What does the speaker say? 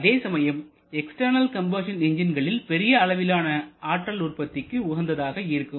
அதேசமயம் external combustion என்ஜின்களில் பெரிய அளவிலான ஆற்றல் உற்பத்திக்கு உகந்ததாக இருக்கும்